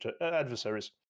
adversaries